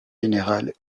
générale